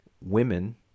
women